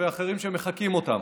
ואחרים מחקים אותם.